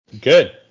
Good